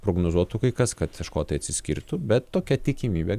prognozuotų kai kas kad škotai atsiskirtų bet tokia tikimybė